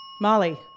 Molly